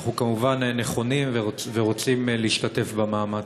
אנחנו כמובן נכונים ורוצים להשתתף במאמץ.